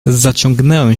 zaciągnąłem